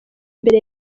mbere